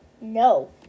No